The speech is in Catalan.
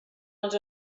els